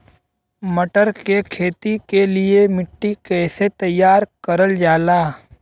मटर की खेती के लिए मिट्टी के कैसे तैयार करल जाला?